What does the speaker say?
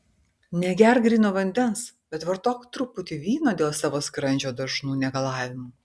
negerk gryno vandens bet vartok truputį vyno dėl savo skrandžio dažnų negalavimų